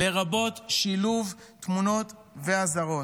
לרבות שילוב תמונות ואזהרות.